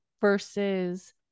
versus